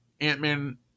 ant-man